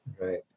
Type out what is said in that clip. Right